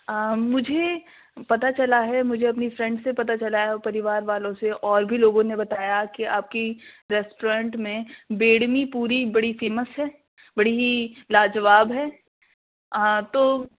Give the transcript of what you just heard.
مجھے پتا چلا ہے مجھے اپنی فرینڈ سے پتا چلا ہے اور پریوار والوں سے اور بھی لوگوں نے بتایا کہ آپ کی ریسٹورنٹ میں بیڈمی پوری بڑی فیمس ہے بڑی ہی لاجواب ہے تو